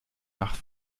nach